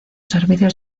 servicios